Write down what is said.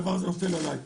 הדבר נופל עלי,